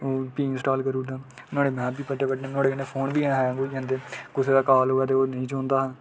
install करी ओड़दा नुहाड़ें कन्नै फोन बी हैंग होई जंदे कुसै दा काल अवै तां ओह् नेईं चकोंदा